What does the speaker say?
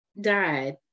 died